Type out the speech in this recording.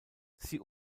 sie